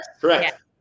Correct